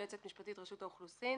יועצת משפטית ברשות האוכלוסין.